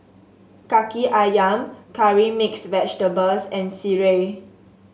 kaki ayam Curry Mixed Vegetable and sireh